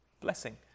blessing